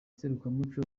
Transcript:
serukiramuco